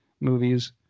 movies